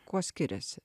kuo skiriasi